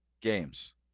games